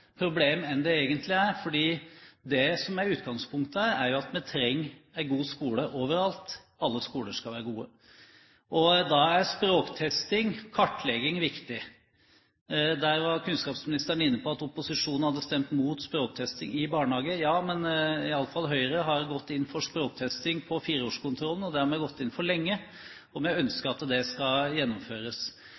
er utgangspunktet her, er jo at vi trenger en god skole overalt – alle skoler skal være gode. Da er språktesting og kartlegging viktig. Der var kunnskapsministeren inne på at opposisjonen hadde stemt mot språktesting i barnehagen. Høyre har i alle fall lenge gått inn for språktesting ved 4-årskontrollen – og det har vi gått inn for lenge – og vi ønsker at det skal gjennomføres.